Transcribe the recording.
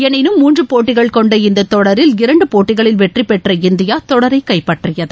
எனினும் மூன்று போட்டிகள் கொண்ட இந்தத் தொடரில் இரண்டு போட்டிகளில் வெற்றி பெற்ற இந்தியா தொடரை கைப்பற்றியது